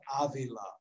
Avila